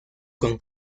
con